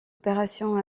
opération